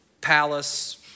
palace